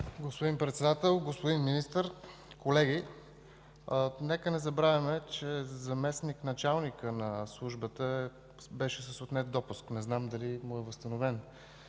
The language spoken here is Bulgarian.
Господин Председател, господин Министър, колеги! Нека не забравяме, че заместник-началникът на Службата беше с отнет допуск. Не знам дали му е възстановен.